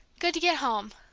good to get home!